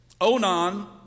Onan